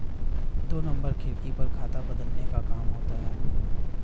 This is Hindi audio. दो नंबर खिड़की पर खाता बदलने का काम होता है